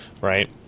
right